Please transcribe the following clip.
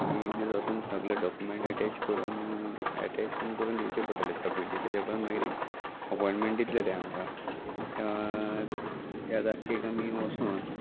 एक दीस वोन सगळे डॉक्युमेंट एटेच करून एटेच बीन करून दिवचे पडटलें आता पयली तेज्या उपरांत मागीर एक अपोयंमेंट दितले तें आमकां त्या तारखेक आमी वोसोन